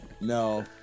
No